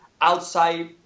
outside